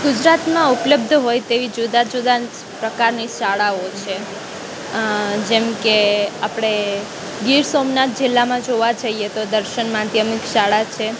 ગુજરાતમાં ઉપલબ્ધ હોય તેવી જુદા જુદા પ્રકારની શાળાઓ છે જેમ કે આપણે ગીર સોમનાથ જિલ્લામાં જોવાં જાઈએ તો દર્શન માધ્યમિક શાળા છે